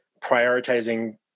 prioritizing